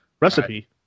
recipe